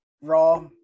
Raw